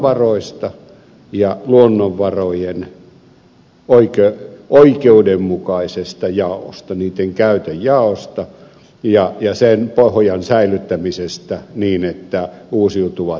luonnonvaroista ja luonnonvarojen oikeudenmukaisesta jaosta niitten käytön jaosta ja sen pohjan säilyttämisestä niin että uusiutuvat uusiutuvat